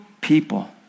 people